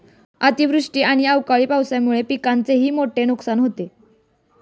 अतिवृष्टी आणि अवकाळी पावसामुळे पिकांचेही मोठे नुकसान होते